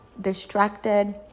distracted